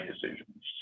decisions